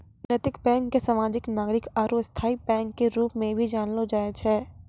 नैतिक बैंक के सामाजिक नागरिक आरू स्थायी बैंक के रूप मे भी जानलो जाय छै